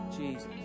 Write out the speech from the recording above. Jesus